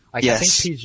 Yes